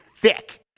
thick